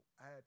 add